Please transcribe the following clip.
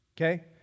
Okay